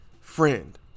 friend